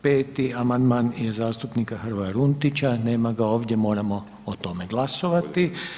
5. amandman je zastupnika Hrvoja Runtića, nema ga ovdje moramo o tome glasovati.